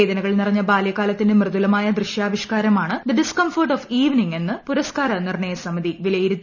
വേദനകൾ നിറഞ്ഞ ബാല്യകാലത്തിന്റെ മൃദുലമായ ദൃശ്യാവിഷ്കാരമാണ് The Discomfort of Evening എന്ന് പുരസ്ക്കാര നിർണയ സമിതി വില്ലയിരുത്തി